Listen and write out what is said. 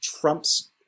Trump's